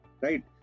right